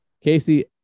Casey